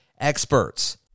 experts